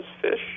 fish